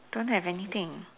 don't have anything